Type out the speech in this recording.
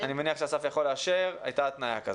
אני מניח שאסף יכול לאשר, הייתה התניה כזאת.